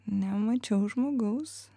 nemačiau žmogaus